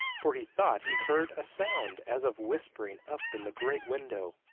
for he thought he heard a sound as of whispering up in the great window.